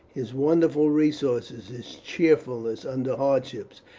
his wonderful resources, his cheerfulness under hardships,